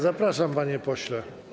Zapraszam, panie pośle.